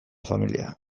familia